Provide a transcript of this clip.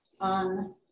on